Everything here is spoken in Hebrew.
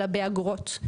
אלא באגרות,